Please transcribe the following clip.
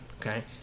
Okay